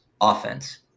offense